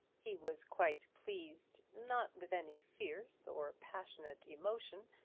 he was quite pleased, not with any fierce or passionate emotion,